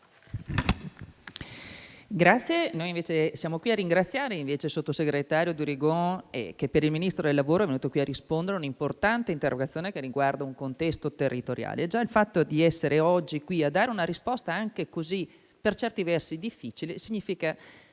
Presidente, noi, invece, siamo qui a ringraziare il sottosegretario Durigon, che per il Ministero del lavoro è venuto qui a rispondere a un'importante interrogazione, riguardante un preciso contesto territoriale. Già il fatto di essere oggi qui, a dare una risposta per certi versi difficile, significa